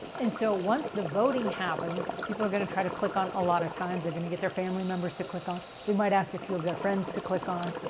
and so, once the voting happens, people are going to try to click on a lot of times, they're going to get their family members to click on. they might ask a few of their friends to click on.